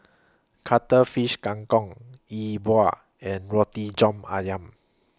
Cuttlefish Kang Kong Yi Bua and Roti John Ayam